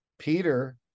Peter